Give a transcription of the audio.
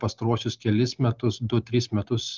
pastaruosius kelis metus du tris metus